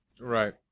Right